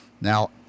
Now